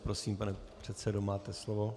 prosím, pane předsedo, máte slovo.